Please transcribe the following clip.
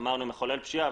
מחולל פשיעה.